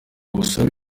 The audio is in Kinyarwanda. busabe